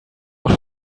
auch